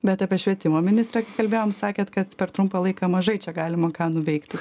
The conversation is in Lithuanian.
bet apie švietimo ministrę kai kalbėjom sakėt kad per trumpą laiką mažai čia galima ką nuveikti